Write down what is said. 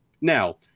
Now